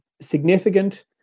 significant